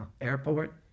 airport